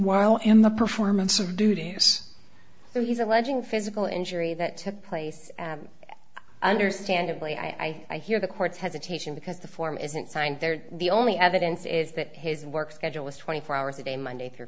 while in the performance of duties so he's alleging physical injury that took place understandably i hear the court's hesitation because the form isn't signed there the only evidence is that his work schedule was twenty four hours a day monday through